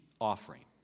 offering